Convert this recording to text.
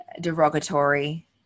derogatory